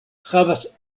havas